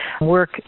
work